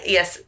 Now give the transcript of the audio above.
Yes